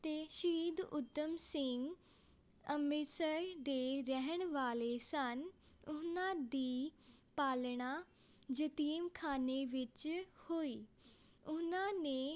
ਅਤੇ ਸ਼ਹੀਦ ਊਧਮ ਸਿੰਘ ਅੰਮ੍ਰਿਤਸਰ ਦੇ ਰਹਿਣ ਵਾਲੇ ਸਨ ਉਹਨਾਂ ਦੀ ਪਾਲਣਾ ਯਤੀਮਖਾਨੇ ਵਿੱਚ ਹੋਈ ਉਹਨਾਂ ਨੇ